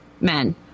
men